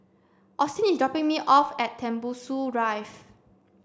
Auston is dropping me off at Tembusu Drive